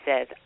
says